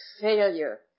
failure